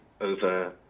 over